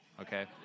Okay